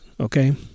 Okay